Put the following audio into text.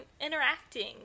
interacting